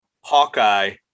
Hawkeye